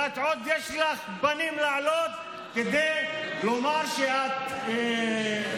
ועוד יש לך פנים לעלות כדי לומר שאת מתפללת